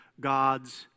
God's